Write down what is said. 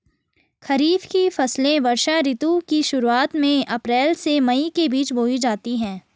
खरीफ की फसलें वर्षा ऋतु की शुरुआत में, अप्रैल से मई के बीच बोई जाती हैं